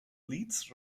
leeds